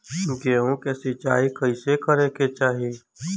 गेहूँ के सिंचाई कइसे करे के चाही?